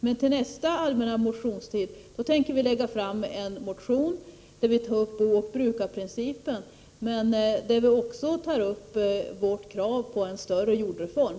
Men till nästa allmänna motionstid tänker vi väcka en motion, där vi tar upp booch brukarprincipen. Vi skall också ta upp vårt krav på en större jordreform.